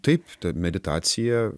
taip ta meditacija